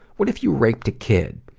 what if you raped a kid?